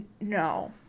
no